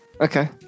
Okay